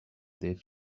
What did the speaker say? ditch